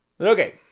okay